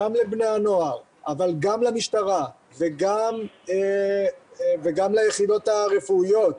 - גם לבני הנוער אבל גם למשטרה וגם ליחידות הרפואיות.